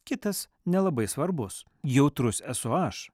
kitas nelabai svarbus jautrus esu aš